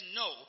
no